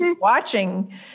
watching